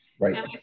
Right